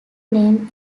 name